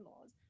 laws